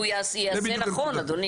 לא, החוק אם הוא יעשה נכון, אדוני.